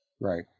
Right